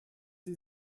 sie